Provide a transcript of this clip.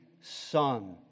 son